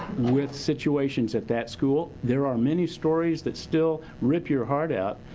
with situations at that school, there are many stories that still rip your heart out.